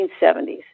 1970s